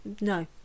no